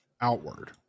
Outward